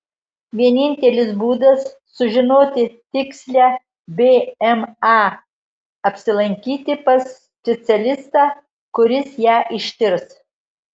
vienintelis būdas sužinoti tikslią bma apsilankyti pas specialistą kuris ją ištirs